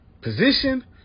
position